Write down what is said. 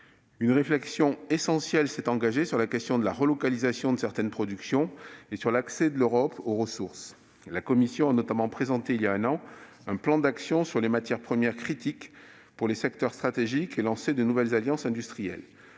Une réflexion essentielle s'est engagée sur la question de la relocalisation de certaines productions et sur l'accès de l'Europe aux ressources. La Commission européenne a notamment présenté, voilà un an, un plan d'action sur les matières premières critiques pour les secteurs stratégiques et lancé de nouvelles alliances industrielles.